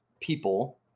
people